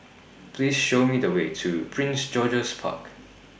Please Show Me The Way to Prince George's Park